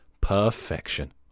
Perfection